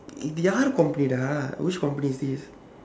இது யாரு:ithu yaaru company dah which company is this